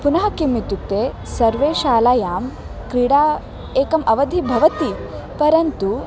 पुनः किम् इत्युक्ते सर्वे शालायां क्रीडायाः एकम् अवधिः भवति परन्तु